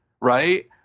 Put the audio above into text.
right